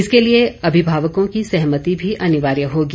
इसके लिए अभिभावकों की सहमति भी अनिवार्य होगी